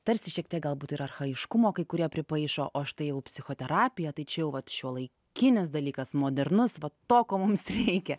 tarsi šiek tiek galbūt ir archajiškumo kai kurie pripaišo o štai jau psichoterapija tai čia jau vat šiuolaikinis dalykas modernus va to ko mums reikia